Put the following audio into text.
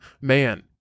man